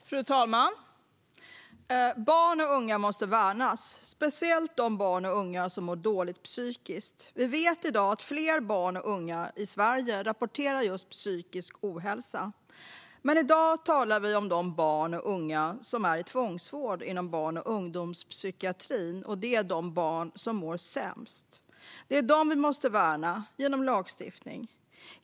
Fru talman! Barn och unga måste värnas, speciellt de barn och unga som mår dåligt psykiskt. Vi vet i dag att många barn och unga i Sverige rapporterar just psykisk ohälsa. Men i dag talar vi om de barn och unga som är i tvångsvård inom barn och ungdomspsykiatrin, och det är de barn som mår sämst. Det är dem som vi måste värna genom lagstiftning.